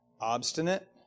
obstinate